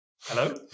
hello